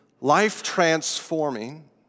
life-transforming